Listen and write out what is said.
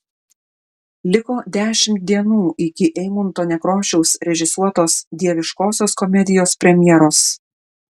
liko dešimt dienų iki eimunto nekrošiaus režisuotos dieviškosios komedijos premjeros